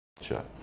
Sure